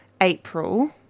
April